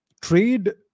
trade